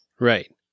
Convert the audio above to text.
Right